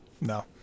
no